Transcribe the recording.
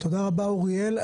תודה רבה אוריאל,